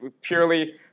purely